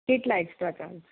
કેટલા extra charge